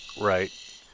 Right